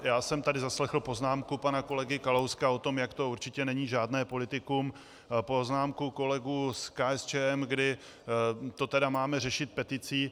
Já jsem tady zaslechl poznámku pana kolegy Kalouska o tom, jak to určitě není žádné politikum, poznámku kolegů z KSČM, kdy to tedy máme řešit peticí.